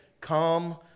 Come